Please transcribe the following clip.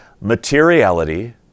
materiality